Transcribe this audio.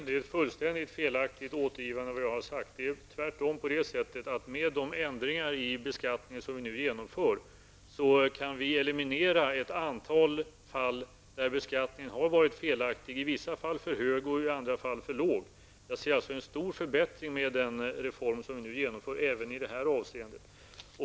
Herr talman! Det är ett fullständigt felaktigt återgivande av vad jag har sagt. Det är tvärtom på det sättet att med de ändringar som vi nu genomför i beskattningen kan vi eliminera ett antal fall där beskattningen har varit felaktig, i vissa fall för hög och i andra fall för låg. Med den reform vi nu genomför följer alltså, som jag ser det, en stor förbättring även i det här avseendet.